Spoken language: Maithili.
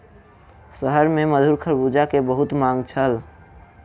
शहर में मधुर खरबूजा के बहुत मांग छल